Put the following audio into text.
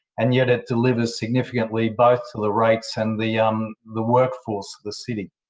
and yet it delivers significantly, both to the rates and the um the workforce of the city.